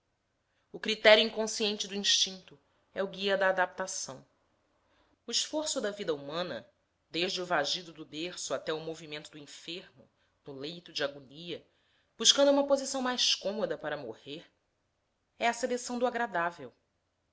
o critério inconsciente do instinto é o guia da adaptação o esforço da vida humana desde o vagido do berço até o movimento do enfermo no leito de agonia buscando uma posição mais cômoda para morrer é a seleção do agradável